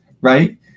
right